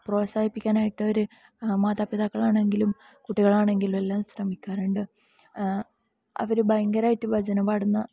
പ്രോത്സാഹിപ്പിക്കാനായിട്ട് അവർ മാതാപിതാക്കൾ ആണെങ്കിലും കുട്ടികളാണെങ്കിലും എല്ലാം ശ്രമിക്കാറുണ്ട് അവർ ഭയങ്കരമായിട്ട് ഭജന പാടുന്ന